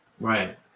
Right